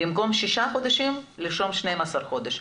במקום שישה חודשים לרשום 12 חודשים,